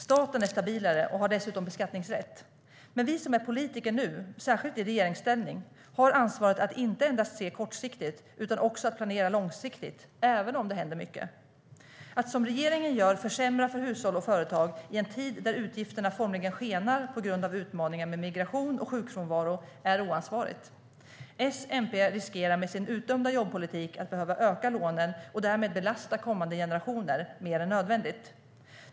Staten är stabilare och har dessutom beskattningsrätt. Men vi som är politiker nu, särskilt i regeringsställning, har ansvaret för att inte endast se kortsiktigt utan också att planera långsiktigt, även om det händer mycket. Att, som regeringen gör, försämra för hushåll och företag i en tid när utgifterna formligen skenar på grund av utmaningar med migration och sjukfrånvaro är oansvarigt. S-MP riskerar med sin utdömda jobbpolitik att behöva öka lånen och därmed belasta kommande generationer mer än nödvändigt.